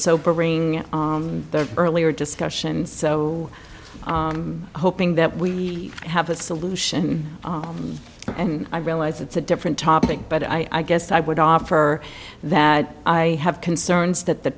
sobering the earlier discussion so hoping that we have a solution and i realize it's a different topic but i guess i would offer that i have concerns that the